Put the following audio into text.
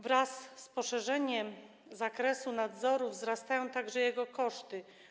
Wraz z poszerzeniem zakresu nadzoru wzrastają także jego koszty.